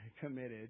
committed